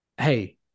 hey